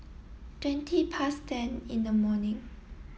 twenty past ten in the morning